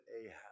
Ahab